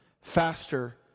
faster